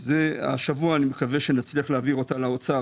השבוע אני מקווה שנצליח להעביר אותה לאוצר,